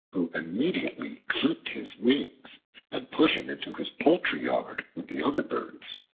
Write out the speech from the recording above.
who immediately clipped his wings and put him into his poultry-yard with the other birds,